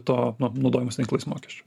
to nu naudojimosi tinklais mokesčio